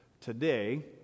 today